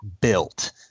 built